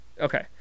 okay